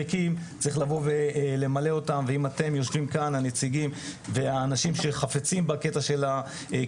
ובשנים האחרונות אנחנו משתפים פעולה גם עם ההתאחדויות הגדולות,